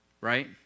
Right